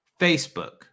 Facebook